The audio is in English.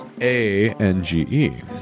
A-N-G-E